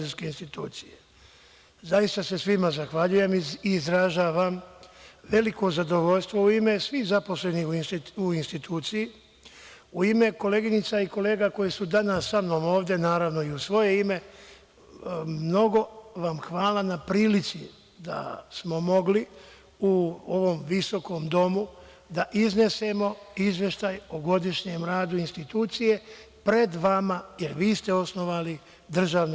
Zaista se svima zahvaljujem i izražavam veliko zadovoljstvo u ime svih zaposlenih u instituciji, u ime koleginica i kolega koje su danas sa mnom ovde, naravno i u svoje ime, mnogo vam hvala na prilici da smo mogli u ovom visokom domu da iznesemo izveštaj o godišnjem radu institucije pred vama, jer vi ste osnovali DRI.